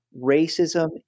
racism